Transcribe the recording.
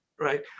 right